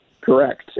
Correct